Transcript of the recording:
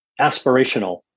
aspirational